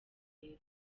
leta